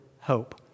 hope